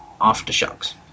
Aftershocks